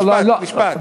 משפט.